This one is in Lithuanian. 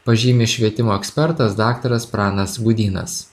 pažymi švietimo ekspertas daktaras pranas gudynas